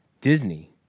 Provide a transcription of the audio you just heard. disney